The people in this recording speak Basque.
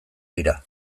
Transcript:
dira